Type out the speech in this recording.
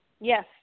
Yes